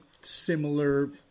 similar